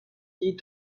die